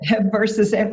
Versus